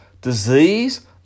disease